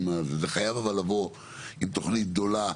זה חייב אבל לבוא עם תוכנית גדולה,